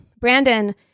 Brandon